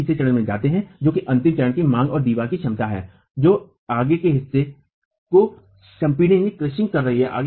हम तीसरे चरण में जाते हैं जो कि अंतिम चरण की मांग और दीवार की क्षमता है जो आगे के हिस्से को संपीडित कर रही है